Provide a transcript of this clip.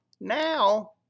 now